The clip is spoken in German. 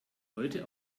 heute